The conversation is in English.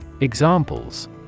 Examples